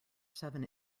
seven